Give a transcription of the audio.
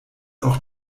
auch